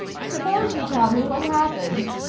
suppose you tell me what happened?